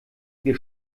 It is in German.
wir